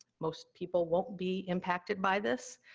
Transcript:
most people won't be impacted by this,